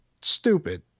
stupid